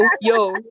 yo